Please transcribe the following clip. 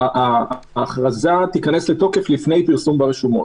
ההכרזה תיכנס לתוקף לפני פרסום ברשומות,